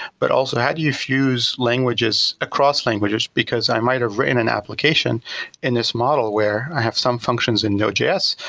but also how do you fuse languages across languages because i might have written an application in this model where i have some functions and node js,